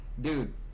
Dude